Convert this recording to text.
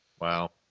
Wow